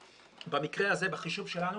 במקרה הזה, בחישוב שלנו,